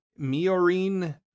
Miorine